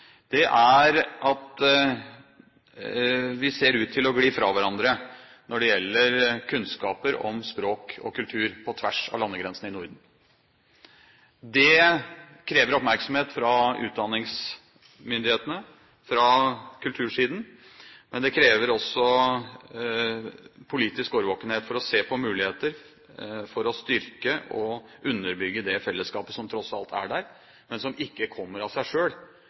er at vi ser ut til å gli fra hverandre når det gjelder kunnskap om språk og kultur på tvers av landegrensene i Norden. Det krever oppmerksomhet fra utdanningsmyndighetene, fra kultursiden, men det krever også politisk årvåkenhet for å se på muligheter for å styrke og underbygge det fellesskapet som tross alt er der, men som ikke kommer av seg